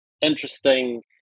interesting